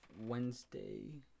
wednesday